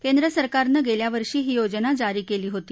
केंद्रसरकारनं गेल्या वर्षी ही योजना जारी केली होती